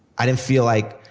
i didn't feel like,